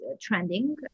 trending